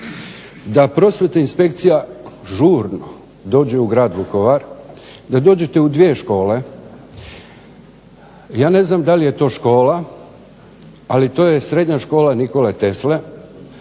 da Prosvjetna inspekcija žurno dođe u grad Vukovar, da dođete u dvije škole. Ja ne znam da li je to škola, ali to je Srednja škola "Nikole Tesle"